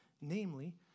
namely